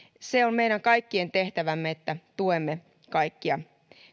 se on meidän kaikkien tehtävä että tuemme kaikkia